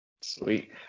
sweet